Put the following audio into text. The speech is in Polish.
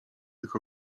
tych